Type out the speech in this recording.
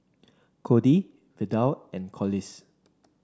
Kody Vidal and Collis